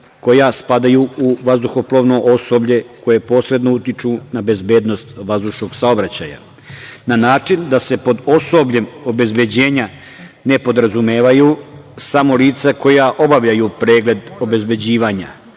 koja spadaju u vazduhoplovno osoblje koja posredno utiču na bezbednost vazdušnog saobraćaja. Na način da se pod osobljem obezbeđenja ne podrazumevaju samo lica koja obavljaju pregled obezbeđivanja,